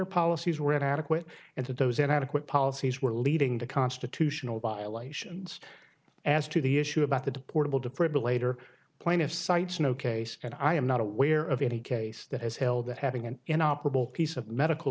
policies were inadequate and that those inadequate policies were leading to constitutional violations as to the issue about the deportable diprivan later point of cites no case and i am not aware of any case that has held that having an in operable piece of medical